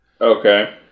Okay